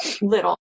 little